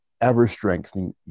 ever-strengthening